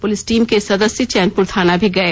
police team के सदस्य चौनपुर थाना भी गए